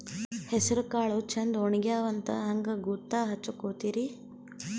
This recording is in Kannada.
ಹೆಸರಕಾಳು ಛಂದ ಒಣಗ್ಯಾವಂತ ಹಂಗ ಗೂತ್ತ ಹಚಗೊತಿರಿ?